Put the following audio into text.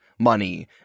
money